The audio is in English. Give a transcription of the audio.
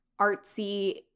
artsy